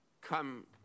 come